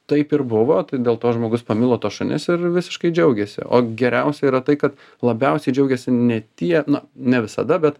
taip ir buvo tai dėl to žmogus pamilo tuos šunis ir visiškai džiaugėsi o geriausia yra tai kad labiausiai džiaugėsi ne tie na ne visada bet